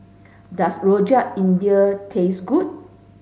does Rojak India taste good